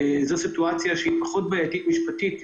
היא סיטואציה שהיא פחות בעייתית מבחינה משפטית.